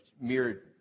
mere